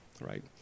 right